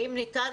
אם ניתן,